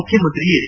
ಮುಖ್ಯಮಂತ್ರಿ ಎಚ್